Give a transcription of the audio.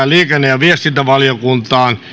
liikenne ja viestintävaliokuntaan